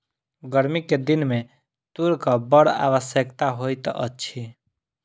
गर्मी के दिन में तूरक बड़ आवश्यकता होइत अछि